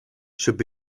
should